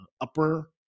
upper